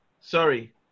sorry